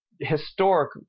historic